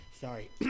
sorry